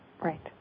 Right